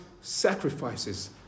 sacrifices